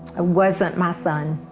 wasn't my son.